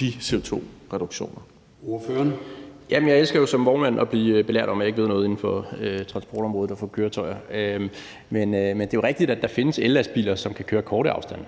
de CO2-reduktioner? Kl. 14:10 Formanden (Søren Gade): Ordføreren. Kl. 14:10 Rasmus Jarlov (KF): Jamen jeg elsker som vognmand at blive belært om, at jeg ikke ved noget inden for transportområdet og om køretøjer. Men det er rigtigt, at der findes ellastbiler, som kan køre korte afstande